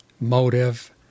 motive